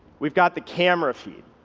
we've got the camera feed.